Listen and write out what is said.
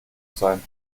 sein